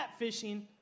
catfishing